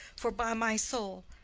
for, by my soul,